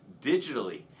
digitally